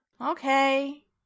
Okay